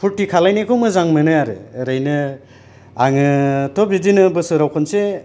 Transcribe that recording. फुरति खालामनायखौ मोजां मोनो आरो ओरैनो आङोथ' बिदिनो बोसोराव खनसे